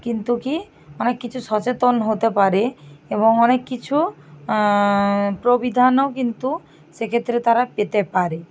কিন্তু কি অনেক কিছু সচেতন হতে পারে এবং অনেক কিছু প্রবিধানও কিন্তু সেক্ষেত্রে তারা পেতে পারে